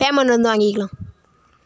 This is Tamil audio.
பேமெண்ட் வந்து வாங்கிக்கலாம்